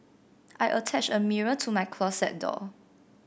I attached a mirror to my closet door